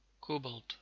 cobalt